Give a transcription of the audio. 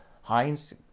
Heinz